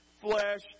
flesh